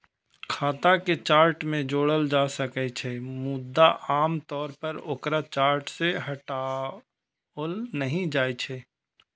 खाता कें चार्ट मे जोड़ल जा सकै छै, मुदा आम तौर पर ओकरा चार्ट सं हटाओल नहि जाइ छै